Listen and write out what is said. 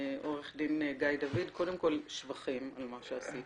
עורך דין גיא דוד, קודם כל שבחים על מה שעשיתם.